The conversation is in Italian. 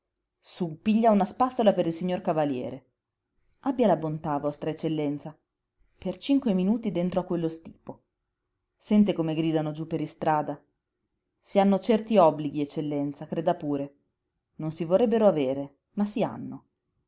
sú piglia una spazzola per il signor cavaliere abbia la bontà vostra eccellenza per cinque minuti dentro a quello stipo sente come gridano giú per istrada si hanno certi obblighi eccellenza creda pure non si vorrebbero avere ma si hanno